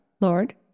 Lord